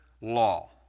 law